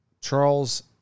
Charles